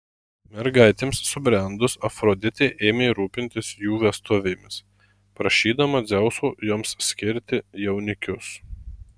mergaitėms subrendus afroditė ėmė rūpintis jų vestuvėmis prašydama dzeuso joms skirti jaunikius